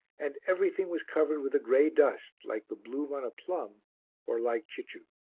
and everything was covered with a grey dust like the bloom on a plum or like cicciu.